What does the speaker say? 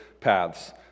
paths